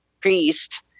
priest